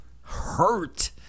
hurt